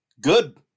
Good